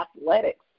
athletics